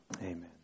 Amen